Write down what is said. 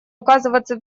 оказываться